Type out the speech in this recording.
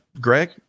Greg